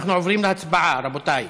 אנחנו עוברים להצבעה, רבותיי,